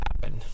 happen